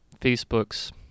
Facebook's